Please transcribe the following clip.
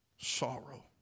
Sorrow